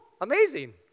Amazing